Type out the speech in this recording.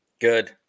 good